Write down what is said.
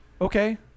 Okay